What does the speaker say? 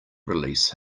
release